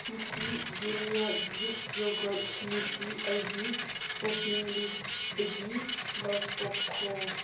Epigamia Greek yogurt ꯏꯁꯃꯨꯇꯤ ꯑꯩꯒꯤ shopping ꯂꯤꯁꯗꯒꯤ ꯂꯧꯊꯣꯛꯈ꯭ꯔꯣ